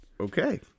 Okay